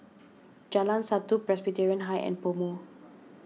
Jalan Satu Presbyterian High and PoMo